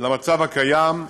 למצב הקיים,